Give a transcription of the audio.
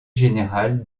général